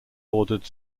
ordered